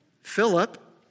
Philip